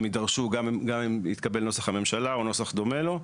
הם יידרשו גם אם יתקבל נוסח הממשלה או נוסח דומה לו.